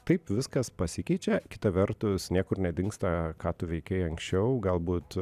taip viskas pasikeičia kita vertus niekur nedingsta ką tu veikei anksčiau galbūt